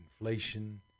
inflation